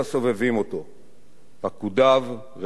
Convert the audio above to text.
פקודיו, רעיו לשירות ומפקדיו.